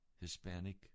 Hispanic